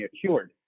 cured